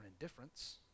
indifference